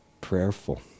prayerful